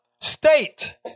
state